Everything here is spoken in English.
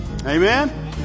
Amen